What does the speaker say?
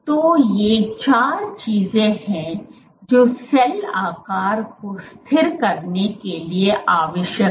तो ये चार चीजें हैं जो सेल आकार को स्थिर करने के लिए आवश्यक हैं